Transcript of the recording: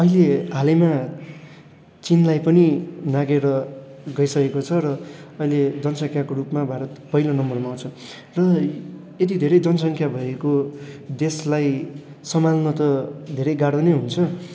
अहिले हालैमा चिनलाई पनि नाघेर गइसकेको छ र अहिले जनसंख्याको रूपमा भारत पहिलो नम्बरमा आउँछ र यति धेरै जनसंख्या भएको देशलाई सम्हाल्न त धेरै गाह्रो नै हुन्छ